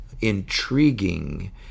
intriguing